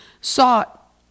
sought